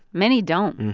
many don't.